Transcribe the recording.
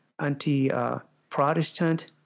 anti-Protestant